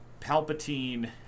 Palpatine